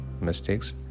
mistakes